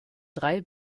drei